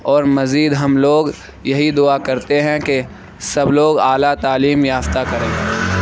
اور مزید ہم لوگ یہی دعا کرتے ہیں کہ سب لوگ اعلیٰ تعلیم یافتہ کرے